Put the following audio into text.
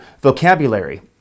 vocabulary